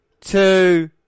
two